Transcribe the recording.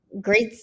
Great